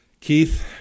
Keith